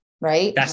Right